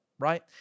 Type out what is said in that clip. right